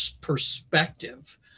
perspective